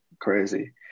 Crazy